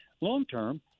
Long-term